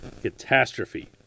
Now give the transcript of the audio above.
catastrophe